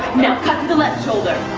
now cut the left shoulder,